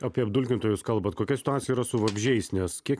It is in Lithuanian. apie apdulkintojus kalbate kokia situacija yra su vabzdžiais nes kiek